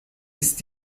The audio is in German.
ist